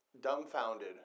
dumbfounded